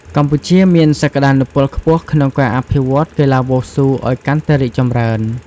កម្ពុជាមានសក្ដានុពលខ្ពស់ក្នុងការអភិវឌ្ឍន៍កីឡាវ៉ូស៊ូឲ្យកាន់តែរីកចម្រើន។